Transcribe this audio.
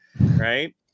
right